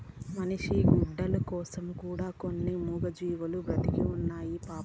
మనిషి గుడ్డల కోసం కూడా కొన్ని మూగజీవాలు బలైతున్నాయి పాపం